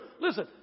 Listen